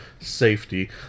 safety